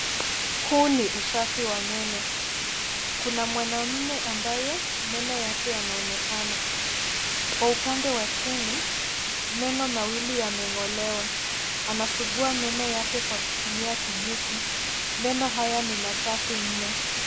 Huu ni usafi wa meno. Kuna mwanaume ambaye meno yake yanaonekana kwa upande wa chini meno mawili yameng'olewa. Anasugua meno yake kwa kutumia kijiti. Meno haya ni masafi mno.